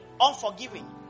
unforgiving